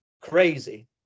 crazy